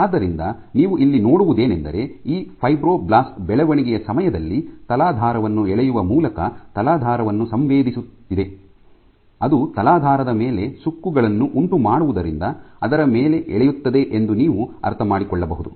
ಆದ್ದರಿಂದ ನೀವು ಇಲ್ಲಿ ನೋಡುವುದೇನೆಂದರೆ ಈ ಫೈಬ್ರೊಬ್ಲಾಸ್ಟ್ ಬೆಳವಣಿಗೆಯ ಸಮಯದಲ್ಲಿ ತಲಾಧಾರವನ್ನು ಎಳೆಯುವ ಮೂಲಕ ತಲಾಧಾರವನ್ನು ಸಂವೇದಿಸುತ್ತಿದೆ ಅದು ತಲಾಧಾರದ ಮೇಲೆ ಸುಕ್ಕುಗಳನ್ನು ಉಂಟುಮಾಡುವುದರಿಂದ ಅದರ ಮೇಲೆ ಎಳೆಯುತ್ತದೆ ಎಂದು ನೀವು ಅರ್ಥಮಾಡಿಕೊಳ್ಳಬಹುದು